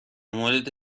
مورد